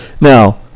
Now